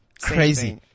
Crazy